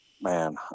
man